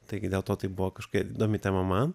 taigi dėl to tai buvo kažkokia įdomi tema man